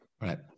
Right